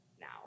now